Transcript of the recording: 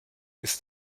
ist